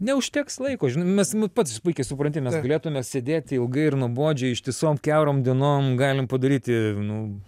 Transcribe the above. neužteks laiko žinai mes nu pats puikiai supranti mes galėtume sėdėti ilgai ir nuobodžiai ištisom kiaurom dienom galim padaryti nu